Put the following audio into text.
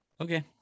Okay